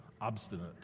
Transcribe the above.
Obstinate